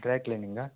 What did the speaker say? dry ಕ್ಲೀನಿಂಗಾ